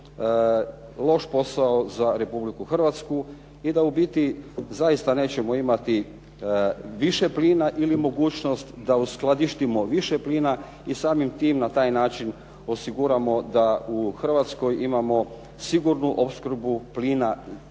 loš posao za Republiku Hrvatsku i da u biti zaista nećemo imati više plina ili mogućnost da uskladištimo više plina i samim tim na taj način osiguramo da u Hrvatskoj imamo sigurnu opskrbu plina